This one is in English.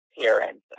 parents